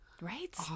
Right